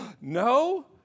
no